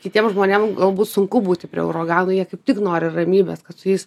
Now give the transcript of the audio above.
kitiem žmonėm bus sunku būti prie uragano jie kaip tik nori ramybės kad su jais